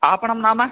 आपणं नाम